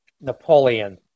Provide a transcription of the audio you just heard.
Napoleon